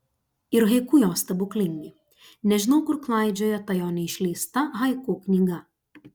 ir haiku jo stebuklingi nežinau kur klaidžioja ta jo neišleista haiku knyga